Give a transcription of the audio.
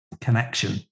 connection